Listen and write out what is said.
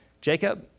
Jacob